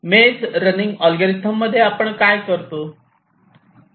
मेज running algorithm मध्ये आपण काय करतो